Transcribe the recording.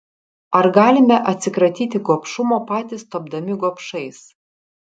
ar galime atsikratyti gobšumo patys tapdami gobšais